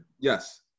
Yes